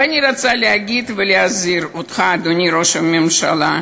ואני רוצה להגיד ולהזהיר אותך, אדוני ראש הממשלה,